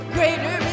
Greater